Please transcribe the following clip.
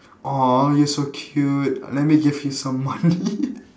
!aww! you're so cute let me give you some money